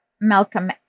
Malcolm